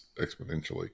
exponentially